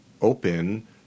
open